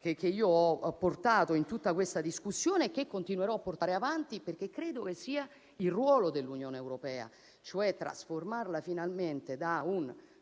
che io ho portato in tutta questa discussione e che continuerò a portare avanti. Credo infatti che sia questo il ruolo dell'Unione europea. Occorre trasformarla finalmente da un